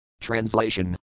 Translation